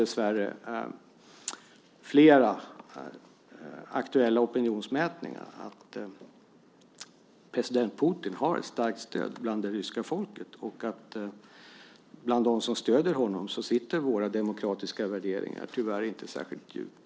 Dessvärre visar flera aktuella opinionsmätningar att president Putin har ett starkt stöd bland det ryska folket, och hos dem som stöder honom sitter våra demokratiska värderingar tyvärr inte särskilt djupt.